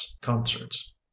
concerts